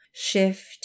Shift